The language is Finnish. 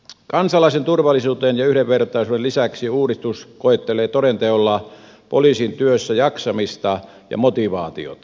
kansalaisten turvallisuuden ja yhdenvertaisuuden lisäksi uudistus koettelee toden teolla poliisin työssäjaksamista ja motivaatiota